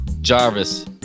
Jarvis